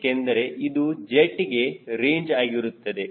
ಏಕೆಂದರೆ ಇದು ಜೆಟ್ಗೆ ರೇಂಜ್ ಆಗಿರುತ್ತದೆ